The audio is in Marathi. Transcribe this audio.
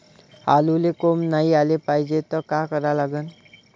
आलूले कोंब नाई याले पायजे त का करा लागन?